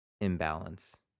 imbalance